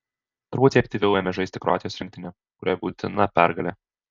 truputį aktyviau ėmė žaisti kroatijos rinktinė kuriai būtina pergalė